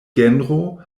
genro